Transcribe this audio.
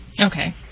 Okay